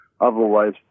otherwise